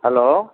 hello